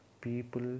people